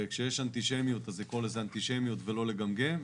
וכשיש אנטישמיות אז לקרוא לזה אנטישמיות ולא לגמגם.